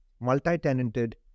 multi-tenanted